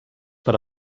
per